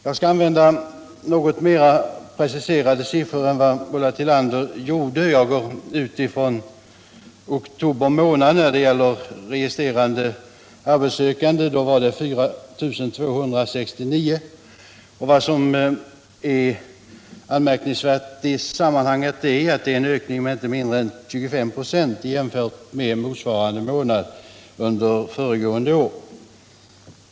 Jag skall redovisa något mer preciserade siffror än Ulla Tillander gjorde. I oktober månad var antalet registrerade arbetssökande 4 269. Anmärkningsvärt i sammanhanget är att detta är en ökning med inte mindre än 25 926 jämfört med motsvarande månad föregående år.